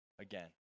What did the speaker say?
again